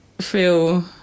feel